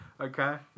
Okay